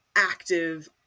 active